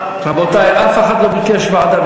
רבותי, אף אחד לא ביקש ועדה.